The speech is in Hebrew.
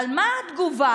אבל מה התגובה?